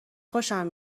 خوشم